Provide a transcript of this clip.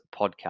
podcast